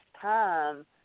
time